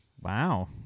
Wow